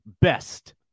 best